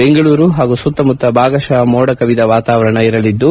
ಬೆಂಗಳೂರು ಹಾಗೂ ಸುತ್ತಮುತ್ತ ಭಾಗಶಃ ಮೋಡ ಕವಿದ ವಾತಾವರಣ ಇರಲಿದ್ದು